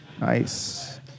Nice